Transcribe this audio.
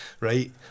right